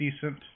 decent